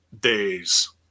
days